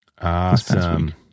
Awesome